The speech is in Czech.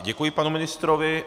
Děkuji panu ministrovi.